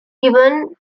given